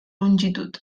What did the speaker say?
longitud